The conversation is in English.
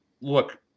look